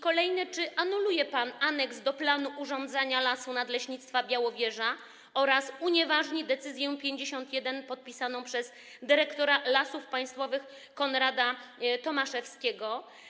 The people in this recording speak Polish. Kolejne: Czy anuluje pan aneks do planu urządzania lasu nadleśnictwa Białowieża oraz unieważni decyzję nr 51 podpisaną przez dyrektora Lasów Państwowych Konrada Tomaszewskiego?